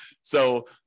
So-